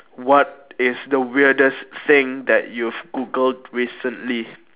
what is the weirdest thing that you've googled recently